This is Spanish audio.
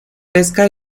pesca